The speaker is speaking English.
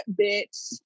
bitch